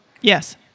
Yes